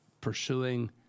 pursuing